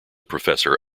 professor